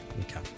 Okay